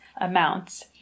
amounts